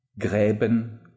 Gräben